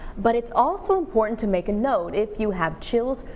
but it's also important to make a note, if you have chills,